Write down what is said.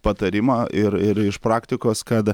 patarimą ir ir iš praktikos kad